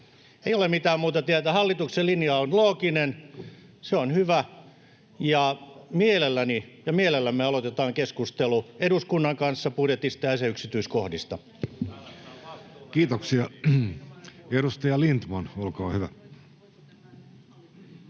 Ei ole mitään muuta tietä. Hallituksen linja on looginen, se on hyvä. Mielelläni ja mielellämme aloitamme keskustelun eduskunnan kanssa budjetista ja sen yksityiskohdista. [Speech 25] Speaker: